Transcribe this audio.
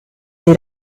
dei